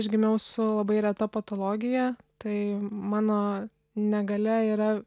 aš gimiau su labai reta patologija tai mano negalia yra